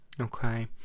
Okay